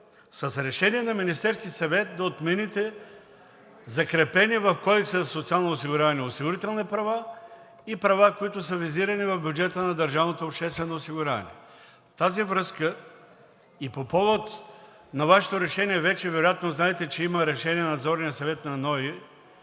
с решение на Министерския съвет да отмените закрепени в Кодекса за социално осигуряване осигурителни права и права, които са визирани в бюджета на държавното обществено осигуряване. Във връзка с това и по повод на Вашето решение вече вероятно знаете, че има Решение на Надзорния съвет на НОИ,